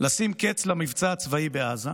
לשים קץ למבצע הצבאי בעזה,